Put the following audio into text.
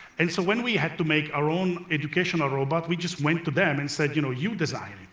and so when we had to make our own educational robot, we just went to them and said, you know, you design it,